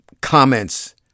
comments